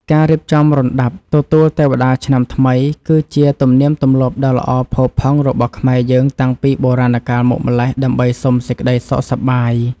ការរៀបចំរណ្តាប់ទទួលទេវតាឆ្នាំថ្មី គឺជាទំនៀមទម្លាប់ដ៏ល្អផូរផង់របស់ខ្មែរយើងតាំងពីបុរាណកាលមកម្ល៉េះដើម្បីសុំសេចក្តីសុខសប្បាយ។